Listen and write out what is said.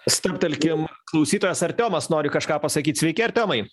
stabtelkim klausytojas artiomas nori kažką pasakyt sveiki artiomai